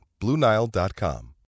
BlueNile.com